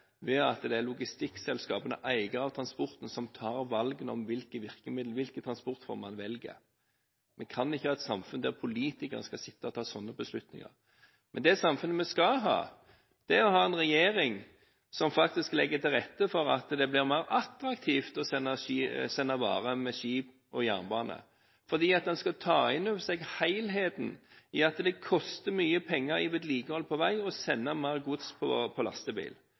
ved at det er logistikkselskapene, eierne av transporten – som tar valgene om hvilke virkemidler, hvilke transportformer man velger. Vi kan ikke ha et samfunn der politikerne skal sitte og ta slike beslutninger. Men det samfunnet skal ha, er en regjering som faktisk legger til rette for at det blir mer attraktivt å sende varer med skip og jernbane, for en skal ta inn over seg helheten i at det koster mye penger i vedlikehold på vei å sende mer gods på lastebil. Det sliter mer på